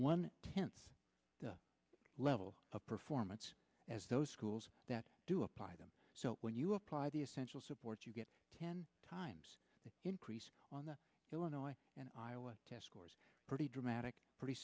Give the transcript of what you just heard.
one tenth the level of performance as those schools that do apply them so when you apply the essential support you get ten times the increase on the illinois and iowa scores pretty dramatic pretty